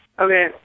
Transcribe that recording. Okay